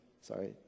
sorry